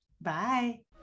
Bye